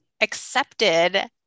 accepted